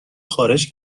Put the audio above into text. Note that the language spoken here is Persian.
خارج